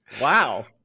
Wow